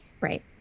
Right